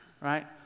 right